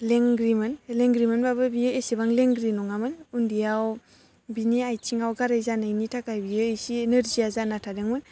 लेंग्रिमोन लेंग्रिमोनबाबो बियो एसेबां लेंग्रि नङामोन उन्दैयाव बिनि आयथिङाव गाराय जानायनि थाखाय बियो इसे नोरजिया जाना थादोंमोन